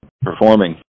performing